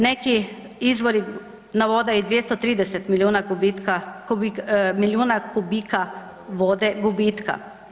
Neki izvori navode i 230 milijuna gubitka milijuna kubika vode gubitka.